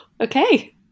okay